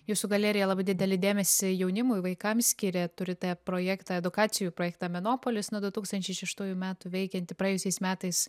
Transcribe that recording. jūsų galerija labai didelį dėmesį jaunimui vaikam skiria turite projektą edukacijų projektą menopolis nuo du tūskatnčiai šeštųjų metų veikiantį praėjusiais metais